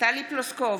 טלי פלוסקוב,